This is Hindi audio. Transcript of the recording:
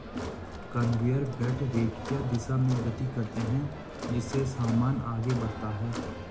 कनवेयर बेल्ट रेखीय दिशा में गति करते हैं जिससे सामान आगे बढ़ता है